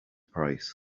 price